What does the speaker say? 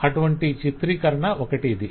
అటువంటి చిత్రీకరణ ఒకటి ఇది